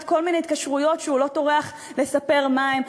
כל מיני התקשרויות שהוא לא טורח לספר מה הן.